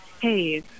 hey